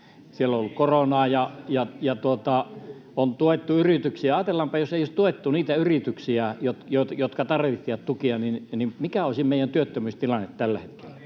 Siellä on ollut koronaa, ja on tuettu yrityksiä. Ajatellaanpa, jos ei olisi tuettu niitä yrityksiä, jotka tarvitsivat tukia: mikä olisi meidän työttömyystilanne tällä hetkellä?